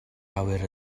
awyr